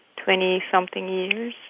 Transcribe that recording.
twenty something years